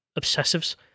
obsessives